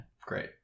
Great